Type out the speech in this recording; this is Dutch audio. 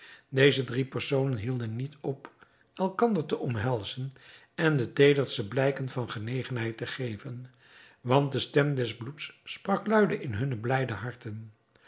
deze drie personen hielden niet op elkander te omhelzen en de teederste blijken van genegenheid te geven want de stem des bloeds sprak luide in hunne blijde harten